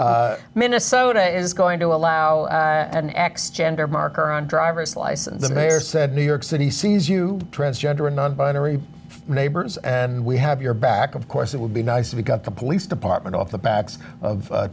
or minnesota is going to allow an x gender marker on driver's license the mayor said new york city sees you transgender non binary neighbors and we have your back of course it would be nice if we got the police department off the backs of